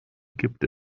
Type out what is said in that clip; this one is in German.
gibt